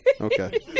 Okay